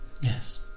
Yes